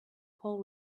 pole